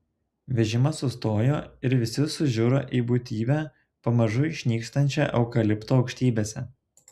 vežimas sustojo ir visi sužiuro į būtybę pamažu išnykstančią eukalipto aukštybėse